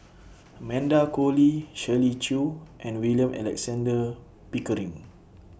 Amanda Koe Lee Shirley Chew and William Alexander Pickering